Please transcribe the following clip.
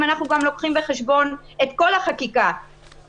אם אנחנו גם לוקחים בחשבון את כל החקיקה כי